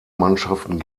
mannschaften